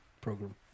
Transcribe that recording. Program